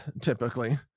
typically